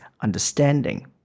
understanding